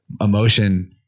emotion